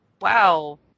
wow